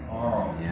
oh